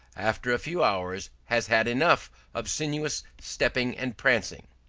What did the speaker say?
after a few hours, has had enough of sinuous stepping and prancing.